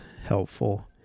helpful